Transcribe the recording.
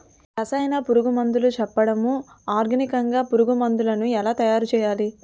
రసాయన పురుగు మందులు చెప్పండి? ఆర్గనికంగ పురుగు మందులను ఎలా తయారు చేయాలి?